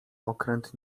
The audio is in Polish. okręt